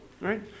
right